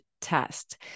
test